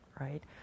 right